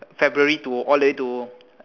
February to all the way to